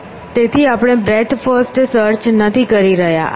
તેથી આપણે breadth first search નથી કરી રહ્યા